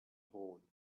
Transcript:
horn